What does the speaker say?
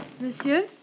Monsieur